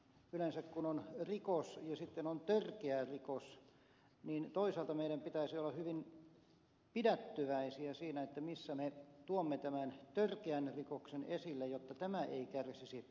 yleensä kun on rikos ja sitten on törkeä rikos niin toisaalta meidän pitäisi olla hyvin pidättyväisiä siinä missä me tuomme tämän törkeän rikoksen esille jotta tämä ei kärsisi inflaatiota